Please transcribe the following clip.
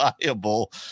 reliable